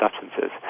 substances